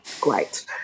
Great